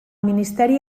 ministeri